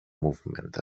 movement